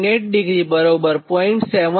98° બરાબર 0